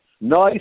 nice